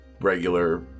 regular